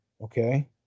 Okay